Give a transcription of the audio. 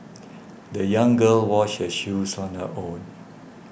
the young girl washed her shoes on her own